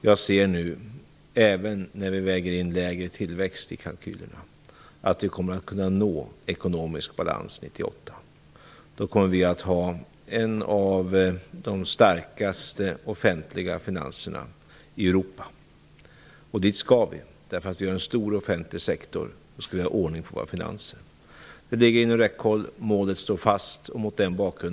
Jag ser nu, även när vi väger in lägre tillväxt i kalkylerna, att vi kommer att kunna nå ekonomisk balans 1998. Då kommer Sveriges offentliga finanser att vara bland de starkaste i Europa. Dit skall vi, därför att vi har en stor offentlig sektor. Vi skall ha ordning på våra finanser. Det ligger inom räckhåll. Målet står fast.